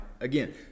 Again